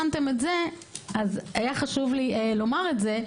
היה חשוב לי לומר את זה,